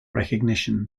recognition